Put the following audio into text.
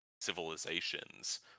civilizations